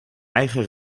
eigen